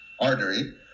artery